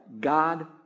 God